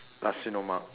nasi lemak